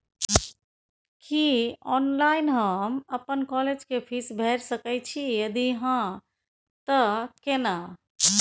की online हम अपन college के फीस भैर सके छि यदि हाँ त केना?